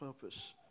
purpose